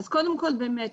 אז קודם כל באמת,